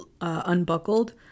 unbuckled